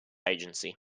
agency